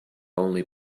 only